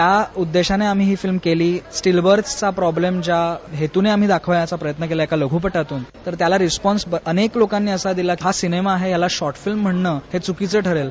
ज्या उद्देशानं आम्ही ही फिल्म केली स्टिल्व्हर्सचा प्रोब्लेम आम्ही ज्या हेतूने आम्ही दाखविण्याचा प्रयत्न केला एका लघूपटातून तर त्याला रिस्पोन्स अनेक लोकांनी असा दिला की हा सिनेमा आहे या शॉर्टफिल्म म्हणणं चूकीचं ठरेल